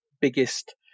biggest